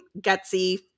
gutsy